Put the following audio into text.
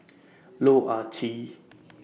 Loh Ah Chee